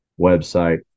website